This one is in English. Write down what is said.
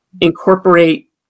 incorporate